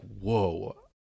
whoa